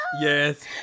Yes